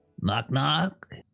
Knock-knock